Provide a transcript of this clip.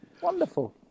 Wonderful